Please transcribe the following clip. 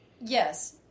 yes